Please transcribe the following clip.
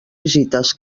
visites